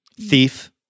Thief